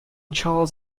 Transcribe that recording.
charles